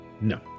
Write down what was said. No